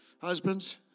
Husbands